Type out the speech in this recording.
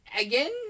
Again